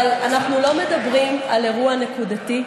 אבל אנחנו לא מדברים על אירוע נקודתי.